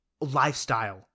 lifestyle